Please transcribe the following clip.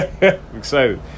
excited